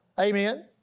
Amen